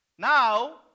Now